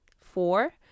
four